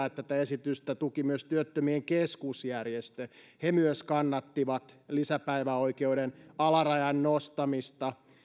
että tätä esitystä tuki myös työttömien keskusjärjestö he myös kannattivat lisäpäiväoikeuden alarajan nostamista